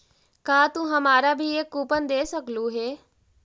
का तू हमारा भी एक कूपन दे सकलू हे